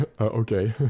Okay